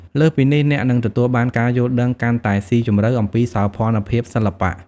លើសពីនេះ អ្នកនឹងទទួលបានការយល់ដឹងកាន់តែស៊ីជម្រៅអំពីសោភ័ណភាពសិល្បៈ។